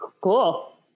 Cool